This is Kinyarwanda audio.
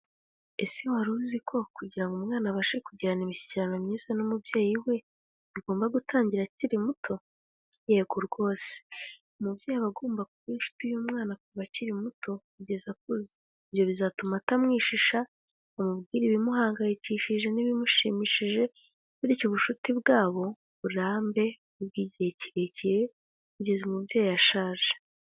Ese wari uziko kugira ngo umwana abashe kugirana imishyikirano myiza n'umubyeyi we bigomba gutangira akiri muto? Yego rwose umubyeyi aba agomba kuba inshuti y'umwana kuva akiri muto kugeza akuze, ibyo bizatuma atamwishisha amubwirare ibimuhangayikishije n'ibimushimishije bityo ubucuti bwabo burambe bw'igihe kirekire kugeza umubyeyi ashaje